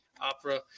opera